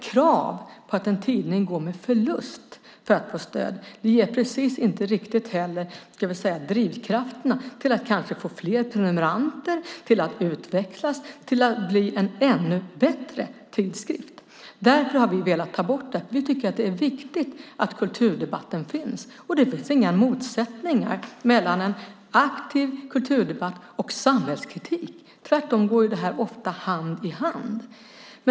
Kravet att en tidning ska gå med förlust för att få stöd ger inte precis någon drivkraft att få fler prenumeranter och utvecklas till att bli en ännu bättre tidskrift. Därför har vi velat ta bort det kravet. Vi tycker att det är viktigt att kulturdebatten finns. Det finns inga motsättningar mellan en aktiv kulturdebatt och samhällskritik. De går tvärtom ofta hand i hand.